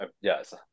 yes